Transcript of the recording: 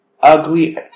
ugly